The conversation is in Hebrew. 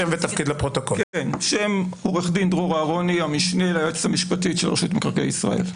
אני המשנה ליועצת המשפטית של רשות מקרקעי ישראל.